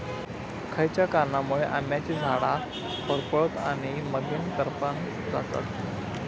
खयच्या कारणांमुळे आम्याची झाडा होरपळतत आणि मगेन करपान जातत?